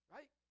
Right